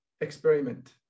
experiment